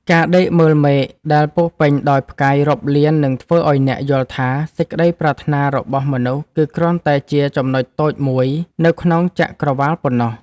ការដេកមើលមេឃដែលពោរពេញដោយផ្កាយរាប់លាននឹងធ្វើឱ្យអ្នកយល់ថា សេចក្តីប្រាថ្នារបស់មនុស្សគឺគ្រាន់តែជាចំណុចតូចមួយនៅក្នុងចក្កក្រវាឡប៉ុណ្ណោះ។